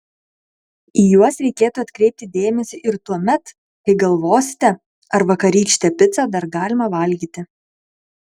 į juos reikėtų atkreipti dėmesį ir tuomet kai galvosite ar vakarykštę picą dar galima valgyti